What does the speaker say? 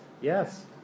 yes